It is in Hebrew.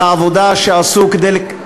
על העבודה שעשו כדי,